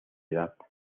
edad